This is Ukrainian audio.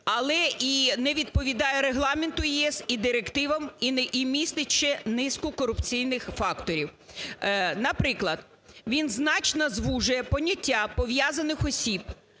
але й не відповідає Регламенту ЄС и директивам, і містить ще низку корупційних факторів. Наприклад, він значно звужує поняття пов'язаних осіб,